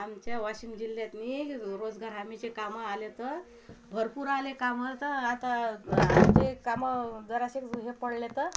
आमच्या वाशिम जिल्ह्यातनी रोजगार हमीचे कामं आले तर भरपूर आले कामं तर आता ते कामं जरासे हे पडले तर